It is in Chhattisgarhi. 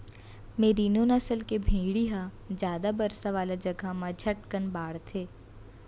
मेरिनों नसल के भेड़ी ह जादा बरसा वाला जघा म झटकन बाढ़थे